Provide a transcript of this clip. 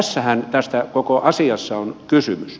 tästähän tässä koko asiassa on kysymys